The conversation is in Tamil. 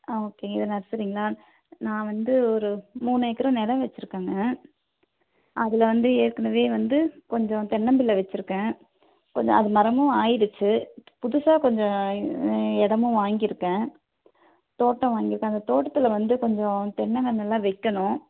ஆ ஓகே இது நர்சரிங்களா நான் வந்து ஒரு மூணு ஏக்கரு நிலம் வைச்சிருக்கேங்க அதில் வந்து ஏற்கனவே வந்து கொஞ்சம் தென்னம்பிள்ளை வைச்சிருக்கேன் கொஞ்சம் அது மரமும் ஆகிடுச்சி இப்போ புதுசாக கொஞ்சம் இடமும் வாங்கியிருக்கேன் தோட்டம் வாங்கியிருக்கேன் அந்த தோட்டத்தில் வந்து கொஞ்சம் தென்னங்கன்றுலாம் வைக்கணும்